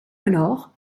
alors